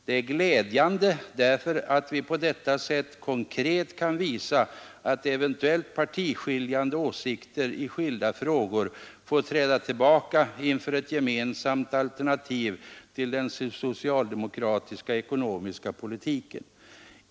Det är glädjande därför att vi på detta sätt konkret kan visa att eventuella partiskiljande åsikter i skilda frågor får träda tillbaka inför ett gemensamt alternativ till den socialdemokratiska ekonomiska politiken.